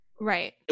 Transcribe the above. right